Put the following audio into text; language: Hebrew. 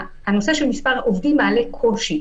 הנושא של מספר עובדים מעלה קושי.